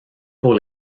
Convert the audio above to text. pour